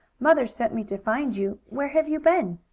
mother sent me to find you. where have you been?